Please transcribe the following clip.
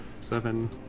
Seven